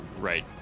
right